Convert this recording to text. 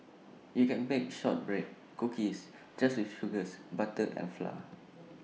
you can bake Shortbread Cookies just with sugars butter and flour